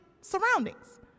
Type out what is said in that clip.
surroundings